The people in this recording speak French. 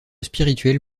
spirituel